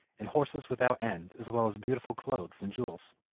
and horses without end, as well as beautiful clothes and jewels.